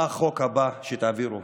מה החוק הבא שתעבירו?